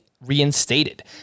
reinstated